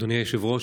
אדוני היושב-ראש,